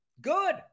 Good